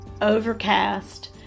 overcast